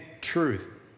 truth